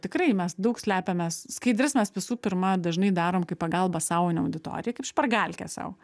tikrai mes daug slepiamės skaidres mes visų pirma dažnai darom kaip pagalbą sau o ne auditorijai kaip špargalkę sau